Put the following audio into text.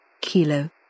Kilo